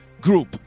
group